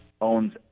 owns